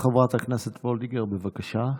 חברת הכנסת וולדיגר, בבקשה.